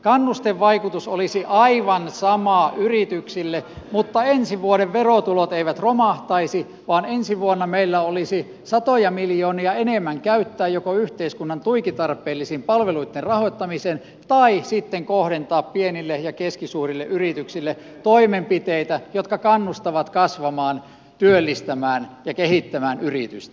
kannustevaikutus olisi aivan sama yrityksille mutta ensi vuoden verotulot eivät romahtaisi vaan ensi vuonna meillä olisi satoja miljoonia enemmän joko käyttää yhteiskunnan tuiki tarpeellisten palveluitten rahoittamiseen tai sitten kohdentaa pienille ja keskisuurille yrityksille toimenpiteitä jotka kannustavat kasvamaan työllistämään ja kehittämään yritystä